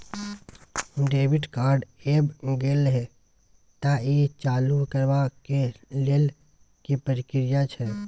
Debit card ऐब गेल हैं त ई चालू करबा के लेल की प्रक्रिया छै?